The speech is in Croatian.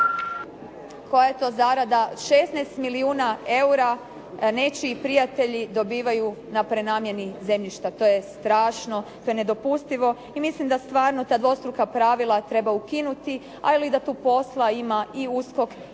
koja je to zarada, 16 milijuna eura nečiji prijatelji dobivaju na prenamjeni zemljišta. To je strašno, to nedopustivo i mislim da stvarno ta dvostruka pravila treba ukinuti, ali da tu posla ima i USKOK